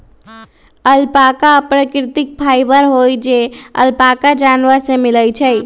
alpaca प्राकृतिक fibre हई जे अल्पाका जानवर से मिलय छइ